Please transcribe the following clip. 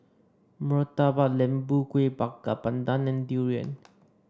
Murtabak Lembu Kueh Bakar Pandan and durian